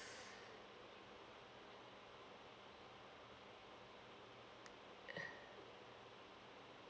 uh